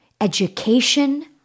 education